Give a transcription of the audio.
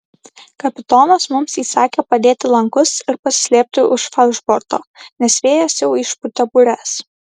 kapitonas mums įsakė padėti lankus ir pasislėpti už falšborto nes vėjas jau išpūtė bures